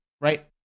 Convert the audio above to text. Right